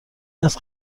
است